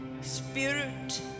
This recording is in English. spirit